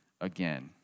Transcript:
again